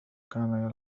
كان